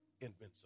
invincible